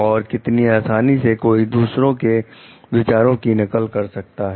और कितनी आसानी से कोई दूसरे के विचारों की नकल कर सकता है